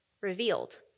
revealed